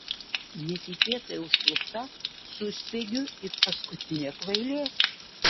netikėtai užklupta suspiegiu it paskutinė kvailė